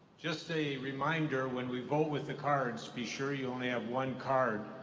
just a reminder, when we vote with the cards, be sure you only have one card,